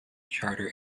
charter